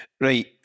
Right